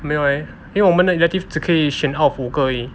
没有 leh 因为我们的 elective 只可以选 out of 五个而已